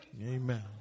Amen